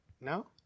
No